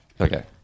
Okay